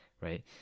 right